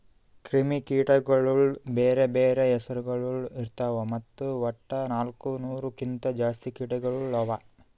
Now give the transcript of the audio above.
ಕ್ರಿಮಿ ಕೀಟಗೊಳ್ದು ಬ್ಯಾರೆ ಬ್ಯಾರೆ ಹೆಸುರಗೊಳ್ ಇರ್ತಾವ್ ಮತ್ತ ವಟ್ಟ ನಾಲ್ಕು ನೂರು ಕಿಂತ್ ಜಾಸ್ತಿ ಕೀಟಗೊಳ್ ಅವಾ